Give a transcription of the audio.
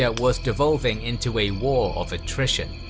yeah was devolving into a war of attrition.